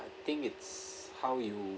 I think it's how you